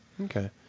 Okay